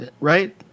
Right